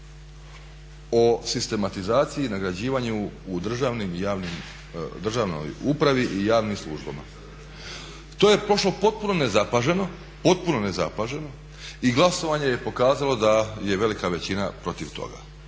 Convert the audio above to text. o sistematizaciji i nagrađivanju u državnim i javnim, državnoj upravi i javnim službama. To je prošlo potpuno nezapaženo i glasovanje je pokazalo da je velika većina protiv toga,